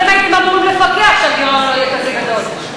אתם הייתם אמורים לפקח שהגירעון לא יהיה כזה גדול.